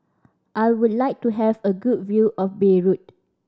I would like to have a good view of Beirut